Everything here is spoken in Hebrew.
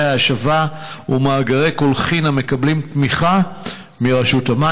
ההשבה ומאגרי הקולחין המקבלים תמיכה מרשות המים?